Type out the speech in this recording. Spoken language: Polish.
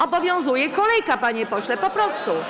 Obowiązuje kolejka, panie pośle, po prostu.